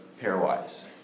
pairwise